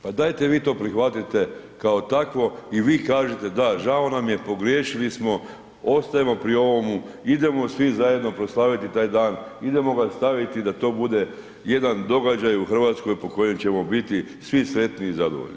Pa dajte vi to prihvatite kao takvo i vi kažite, da žao nam je, pogriješili smo, ostajemo pri ovomu, idemo svi zajedno proslaviti taj dan, idemo ga staviti da to bude jedan događaj u Hrvatskoj po kojem ćemo biti svi sretni i zadovoljni.